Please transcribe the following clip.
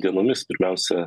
dienomis pirmiausia